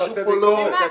סליחה,